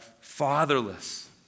fatherless